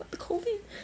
but the COVID